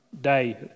day